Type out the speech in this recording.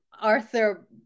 Arthur